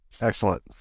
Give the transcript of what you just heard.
Excellent